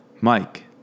Mike